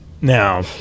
now